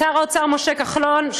לשר האוצר משה כחלון,